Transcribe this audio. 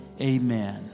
amen